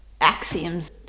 axioms